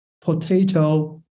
potato